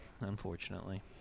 unfortunately